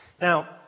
Now